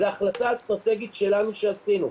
זה החלטה אסטרטגית שלנו שעשינו,